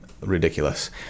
ridiculous